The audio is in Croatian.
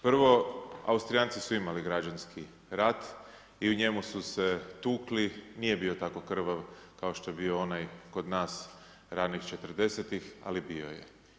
Prvo, Austrijanci su imali građanski rat i u njemu su se tukli, nije bio tako krvav kao što je bio onaj kod nas ranih 40-tih, ali bio je.